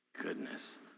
Goodness